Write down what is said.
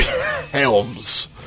Helms